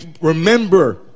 remember